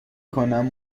کنم